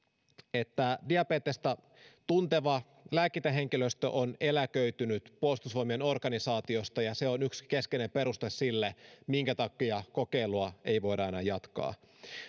että diabetesta tunteva lääkintähenkilöstö on eläköitynyt puolustusvoimien organisaatiosta ja se on yksi keskeinen peruste sille minkä takia kokeilua ei voida enää jatkaa